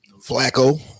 Flacco